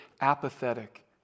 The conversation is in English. apathetic